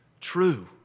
true